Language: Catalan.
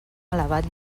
elevat